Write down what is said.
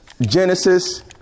Genesis